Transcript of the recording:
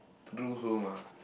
ah